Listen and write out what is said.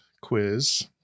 quiz